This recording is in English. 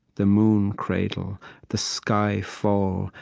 the moon cradle the sky fall,